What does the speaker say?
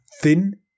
Thin